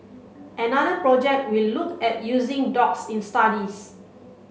another project will look at using dogs in studies